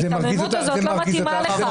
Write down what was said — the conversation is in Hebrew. ההיתממות הזאת לא מתאימה לך.